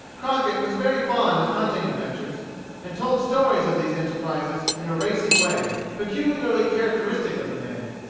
crockett was very fond of hunting-adventures, and told stories of these enterprises in a racy way, peculiarly characteristic of the man.